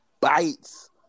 Bites